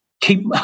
keep